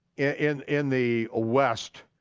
in in the ah west,